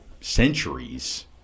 centuries